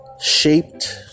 shaped